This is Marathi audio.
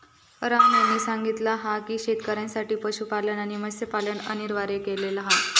राम यांनी सांगितला हा की शेतकऱ्यांसाठी पशुपालन आणि मत्स्यपालन अनिवार्य केलेला हा